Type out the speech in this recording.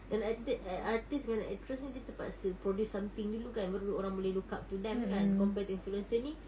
dan arti~ artist dan actress ni dia terpaksa produce something dulu kan baru orang boleh look up to them kan compared to influencer ni